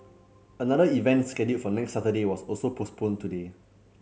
another event scheduled for next Saturday was also postponed today